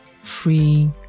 free